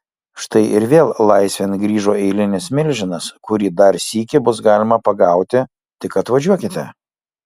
štai ir vėl laisvėn grįžo eilinis milžinas kurį dar sykį bus galima pagauti tik atvažiuokite